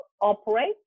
operate